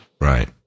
Right